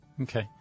Okay